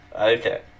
Okay